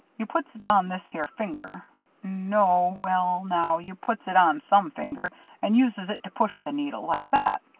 you puts it on this here finger no well now, you puts it on some finger and uses it to push the needle like that.